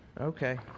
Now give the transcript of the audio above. Okay